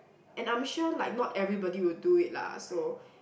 and I'm sure like not everybody will do it lah so